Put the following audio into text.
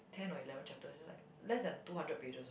ten or eleven chapters that's just like less than two hundred pages what